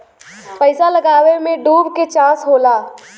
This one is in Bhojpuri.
पइसा लगावे मे डूबे के चांस होला